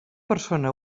persona